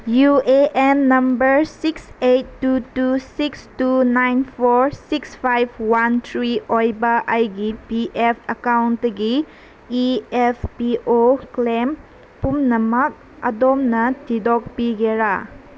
U A N number six eight two two six two nine four six five one three ꯑꯣꯏꯕ ꯑꯩꯒꯤ P ꯃ F ꯑꯦꯀꯥꯎꯟꯇꯒꯤ E P F O claim ꯄꯨꯝꯅꯃꯛ ꯑꯗꯣꯝꯅ ꯊꯤꯗꯣꯛꯄꯤꯒꯦꯔꯥ